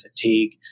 fatigue